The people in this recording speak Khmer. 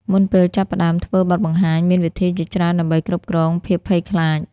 មុនពេលចាប់ផ្តើមធ្វើបទបង្ហាញ មានវិធីជាច្រើនដើម្បីគ្រប់គ្រងភាពភ័យខ្លាច។